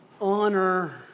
honor